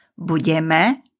Budeme